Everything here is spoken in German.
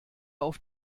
auf